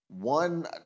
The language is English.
One